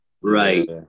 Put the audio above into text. Right